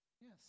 Yes